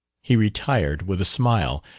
he retired, with a smile,